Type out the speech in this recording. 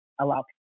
allow